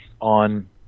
on